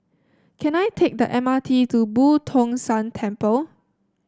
can I take the M R T to Boo Tong San Temple